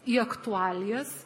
į aktualijas